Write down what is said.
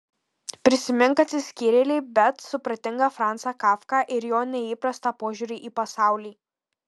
prisimink atsiskyrėlį bet supratingą francą kafką ir jo neįprastą požiūrį į pasaulį